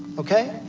ok?